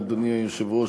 אדוני היושב-ראש,